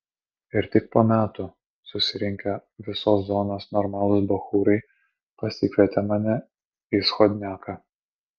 ir tik po metų susirinkę visos zonos normalūs bachūrai pasikvietė mane į schodniaką